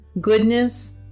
goodness